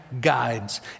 guides